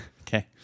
okay